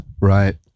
right